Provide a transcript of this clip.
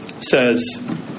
says